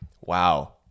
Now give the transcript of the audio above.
Wow